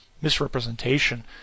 misrepresentation